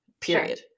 period